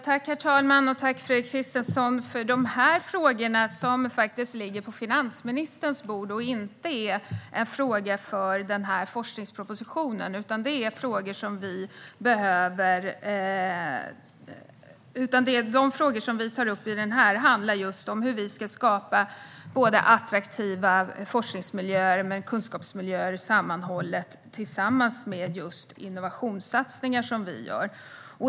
Herr talman! Tack, Fredrik Christensson, för de här frågorna, som faktiskt ligger på finansministerns bord och inte är frågor för denna forskningsproposition. De frågor som vi tar upp här handlar om hur man ska skapa attraktiva forsknings och kunskapsmiljöer tillsammans med de innovationssatsningar som görs.